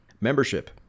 membership